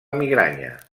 migranya